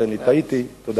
טעיתי, תודה.